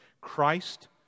Christ